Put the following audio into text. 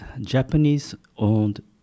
Japanese-owned